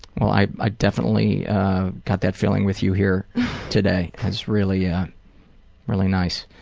well i definitely got that feeling with you here today, that's really yeah really nice.